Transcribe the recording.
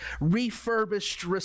refurbished